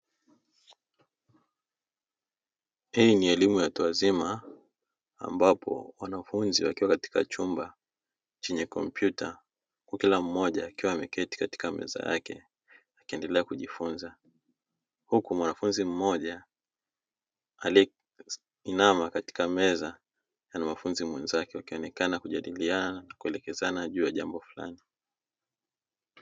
Hii ni elimu ya watu wazima ambapo wanafunzi wakiwa katika chumba chenye kompyuta, huku kila mmoja akiwa ameketi katika meza yake akiendelea kujifunza; huku mwanafunzi mmoja aliye inama katika meza ya mwanafunzi wenzake wakionekana kujadiliana, kuelekezana juu ya jambo fulani.